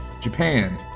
Japan